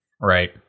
Right